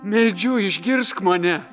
meldžiu išgirsk mane